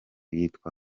yitwa